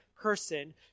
person